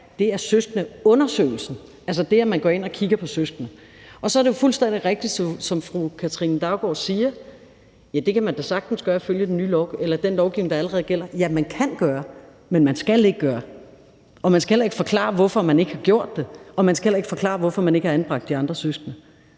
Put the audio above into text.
er søskendeundersøgelsen, altså det, at man går ind og kigger på søskende. Så er det fuldstændig rigtigt, som fru Katrine Daugaard siger, at det kan man da sagtens gøre ifølge den lovgivning, der allerede gælder. Ja, man kan gøre det, men man skal ikke gøre det, og man skal heller ikke forklare, hvorfor man ikke har gjort det, og man skal heller ikke forklare, hvorfor man ikke har anbragt de andre søskende.